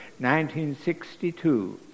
1962